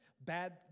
bad